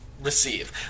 receive